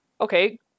Okay